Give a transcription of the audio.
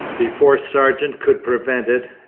before sargeant could prevent it,